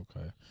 okay